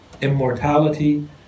immortality